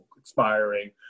expiring